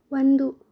ಒಂದು